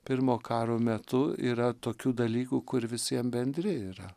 pirmo karo metu yra tokių dalykų kur visiem bendri yra